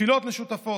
תפילות משותפות.